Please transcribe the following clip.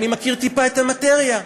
אני מכיר טיפה את המאטריה,